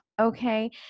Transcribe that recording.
okay